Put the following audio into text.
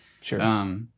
sure